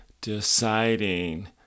deciding